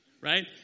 Right